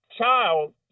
child